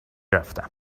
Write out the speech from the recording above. رفتم